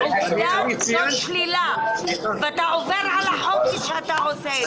זאת שלילה ואתה עובר על החוק כשאתה עושה את זה.